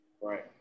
right